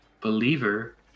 believer